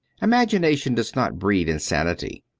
imagination does not breed insanity.